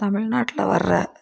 தமிழ்நாட்டில் வர்ற